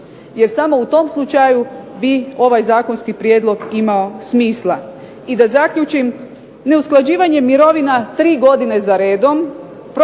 jer samo u tom slučaju bi ovaj zakonski prijedlog imao smisla. I da zaključim, neusklađivanjem mirovina tri godine zaredom,